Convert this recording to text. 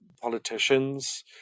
politicians